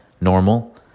normal